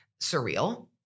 surreal